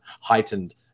heightened